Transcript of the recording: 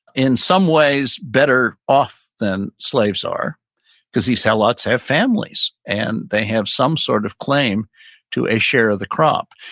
in some ways better off than slaves are because these helots of families and they have some sort of claim to a share of the crop.